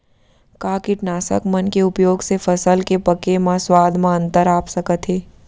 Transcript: का कीटनाशक मन के उपयोग से फसल के पके म स्वाद म अंतर आप सकत हे?